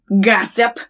Gossip